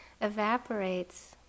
evaporates